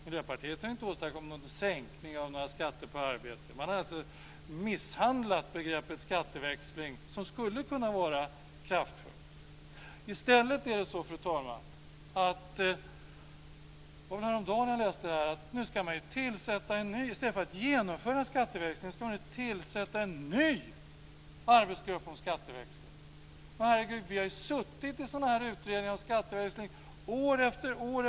Miljöpartiet har inte åstadkommit någon sänkning av skatten på arbete. Man har misshandlat begreppet skatteväxling som skulle kunna vara kraftfullt. I stället är det så, fru talman, vilket jag läste häromdagen, att man nu, i stället för att genomföra en skatteväxling, ska tillsätta en ny arbetsgrupp som ska ta upp skatteväxlingen. Men, Herre Gud, vi har ju suttit i sådana utredningar om skatteväxling år efter år.